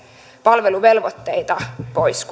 palveluvelvoitteita pois